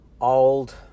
old